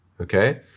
okay